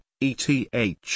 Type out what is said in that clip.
ETH